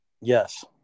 yes